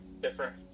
different